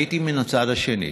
הייתי מן הצד השני.